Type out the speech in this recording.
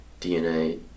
DNA